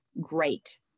great